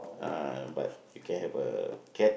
uh but can you have a cat